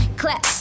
clap